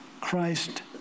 Christ